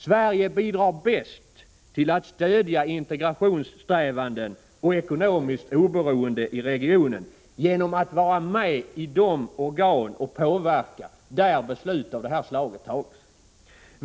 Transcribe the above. Sverige bidrar bäst till att stödja integrationssträvanden och en utveckling mot ekonomiskt oberoende i regionen genom att vara med och påverka i de organ där beslut av det här slaget fattas.